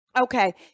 Okay